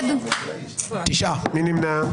מי נמנע?